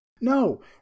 No